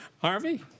Harvey